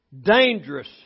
dangerous